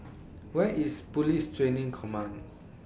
Where IS Police Training Command